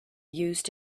used